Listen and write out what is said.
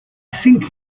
think